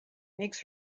makes